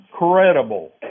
incredible